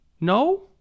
no